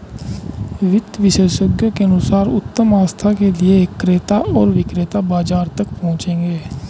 वित्त विशेषज्ञों के अनुसार उत्तम आस्था के लिए क्रेता और विक्रेता बाजार तक पहुंचे